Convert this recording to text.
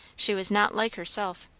she was not like herself.